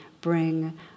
bring